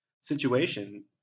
situation